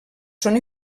són